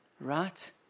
right